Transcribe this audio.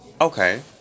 Okay